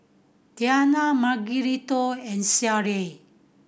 Tianna Margarito and Sheryll